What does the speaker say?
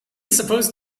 supposed